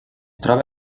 troba